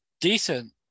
decent